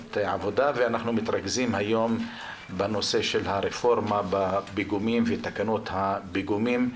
עבודה ואנחנו מתרכזים היום בנושא של הרפורמה בפיגומים ותקנות הפיגומים.